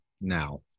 now